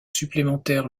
supplémentaires